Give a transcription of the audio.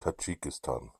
tadschikistan